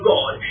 God